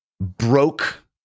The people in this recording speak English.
broke